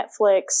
Netflix